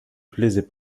plaisait